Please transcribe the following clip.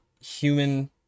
human